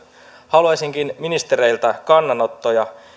haluaisinkin ministereiltä kannanottoja